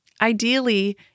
Ideally